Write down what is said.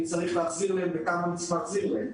צריך להחזיר להם וכמה אני צריך להחזיר להם.